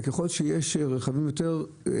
וככל שהרכב מתיישן,